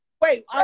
Wait